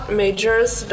majors